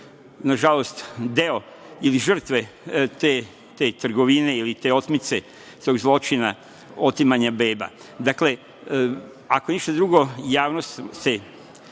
nažalost, deo ili žrtve te trgovine ili te otmice, tog zločina otimanja beba. Dakle, ako ništa drugo, javnost je